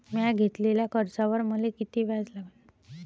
म्या घेतलेल्या कर्जावर मले किती व्याज लागन?